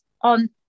on